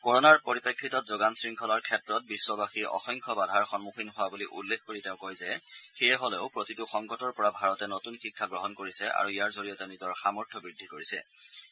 কৰনাৰ পৰিপ্ৰেক্ষিতত যোগান শৃংখলাৰ ক্ষেত্ৰত বিশ্ববাসী অসংখ্য বাধাৰ সন্মুখীন হোৱা বুলি উল্লখে কৰি তেওঁ কয় যে সেয়া হলেও প্ৰতিটো সংকটৰ পৰা ভাৰতত আমি নতুন শিক্ষা গ্ৰহণ কৰিছেঁ আৰু ইয়াৰ জৰিয়তে নিজৰ সামৰ্থ্য বৃদ্ধি কৰিছোঁ